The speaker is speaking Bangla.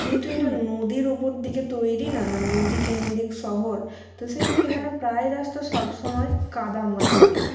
যেহেতু এটা নদীর ওপর দিকে তৈরি না মানে নদী কেন্দ্রিক শহর তো সেহেতু এখানে প্রায় রাস্তা সব সময় কাদাময় থাকে